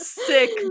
sick